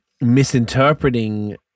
misinterpreting